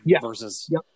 versus